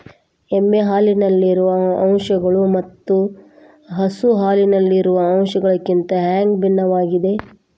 ಎಮ್ಮೆ ಹಾಲಿನಲ್ಲಿರುವ ಅಂಶಗಳು ಮತ್ತ ಹಸು ಹಾಲಿನಲ್ಲಿರುವ ಅಂಶಗಳಿಗಿಂತ ಹ್ಯಾಂಗ ಭಿನ್ನವಾಗಿವೆ?